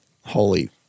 holy